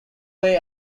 way